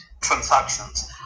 transactions